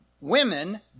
Women